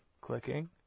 Clicking